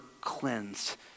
cleansed